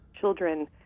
Children